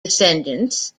descendants